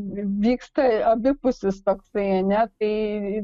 vyksta abipusis toksai ne tai